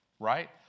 right